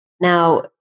Now